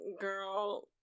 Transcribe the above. Girl